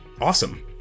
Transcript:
awesome